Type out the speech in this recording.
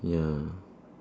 ya